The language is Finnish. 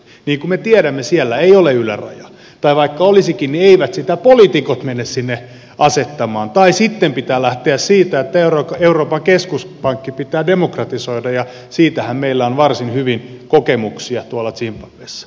niin kuin me tiedämme siellä ei ole ylärajaa tai vaikka olisikin niin eivät sitä poliitikot mene sinne asettamaan tai sitten pitää lähteä siitä että euroopan keskuspankki pitää demokratisoida ja siitähän meillä on varsin hyvin kokemuksia tuolla zimbabwessa